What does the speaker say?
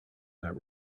got